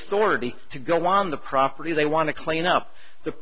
authority to go on the property they want to clean up the